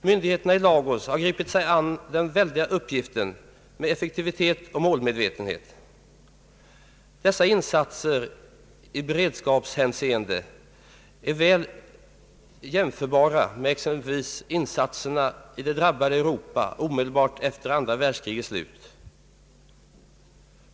Myndigheterna i Lagos har gripit sig an den väldiga uppgiften med effektivitet och målmedvetenhet. Deras insatser i beredskapshänseende tål väl en jämförelse med exempelvis insatserna i det drabbade Europa omedelbart efter det andra världskrigets slut.